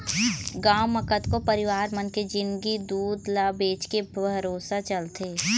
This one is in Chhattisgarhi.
गांव म कतको परिवार मन के जिंनगी दूद ल बेचके भरोसा चलथे